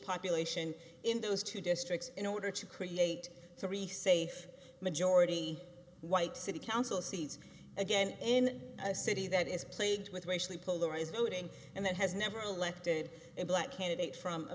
population in those two districts in order to create three safe majority white city council seats again in a city that is plagued with racially polarized voting and that has never elected a black candidate from a